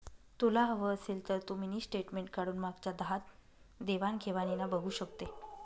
तुला हवं असेल तर तू मिनी स्टेटमेंट काढून मागच्या दहा देवाण घेवाणीना बघू शकते